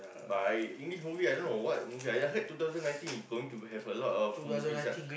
but I English movie I dunno what movie I I heard two thousand nineteen is going to have a lot of movies ah